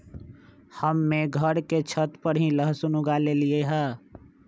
हम्मे घर के छत पर ही लहसुन उगा लेली हैं